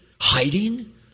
hiding